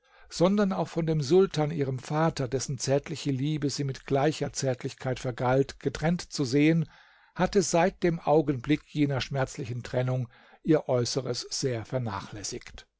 sondern auch von dem sultan ihrem vater dessen zärtliche liebe sie mit gleicher zärtlichkeit vergalt getrennt zu sehen hatte seit dem augenblick jener schmerzlichen trennung ihr äußeres sehr vernachlässigt